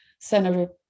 Senator